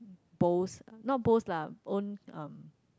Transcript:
bowls not bowls lah own um